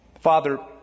father